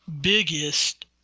biggest